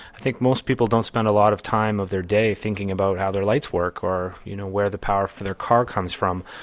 i think most people don't spend a lot of time of their day thinking about how their lights work or you know where the power for their car comes from.